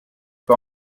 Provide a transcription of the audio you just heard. pas